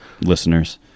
Listeners